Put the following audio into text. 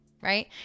Right